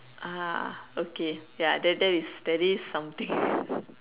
ah okay ya that that is that is something